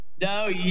No